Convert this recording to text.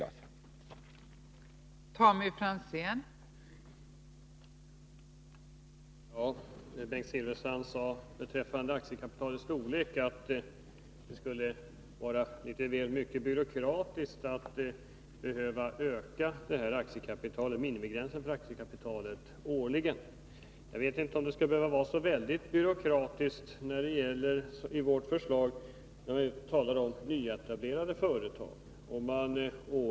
Vissa aktiebolags